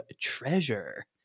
treasure